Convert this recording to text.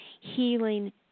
healing